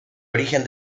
origen